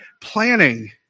planning